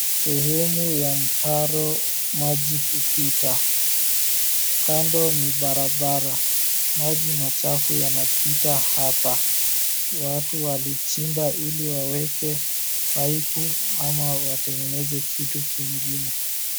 Sehemu ya mtaro maji hupita. Kando ni barabara. Maji machafu yanapita hapa. Watu walichimba ili waweke paipu ama watengeneze kitu kingine.